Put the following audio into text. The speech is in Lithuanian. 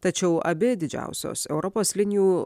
tačiau abi didžiausios europos linijų